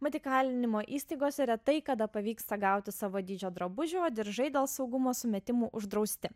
mat įkalinimo įstaigose retai kada pavyksta gauti savo dydžio drabužių o diržai dėl saugumo sumetimų uždrausti